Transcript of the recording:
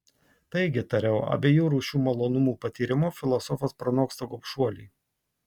taigi tariau abiejų rūšių malonumų patyrimu filosofas pranoksta gobšuolį